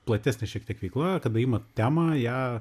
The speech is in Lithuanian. platesnė šiek tiek veikla kada imat temą ją